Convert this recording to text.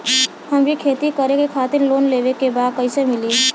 हमके खेती करे खातिर लोन लेवे के बा कइसे मिली?